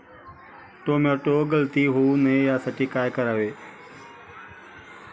Tomato गळती होऊ नये यासाठी काय करावे?